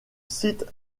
site